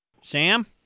Sam